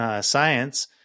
science